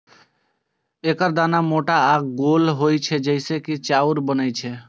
एकर दाना छोट आ गोल होइ छै, जइसे चाउर बनै छै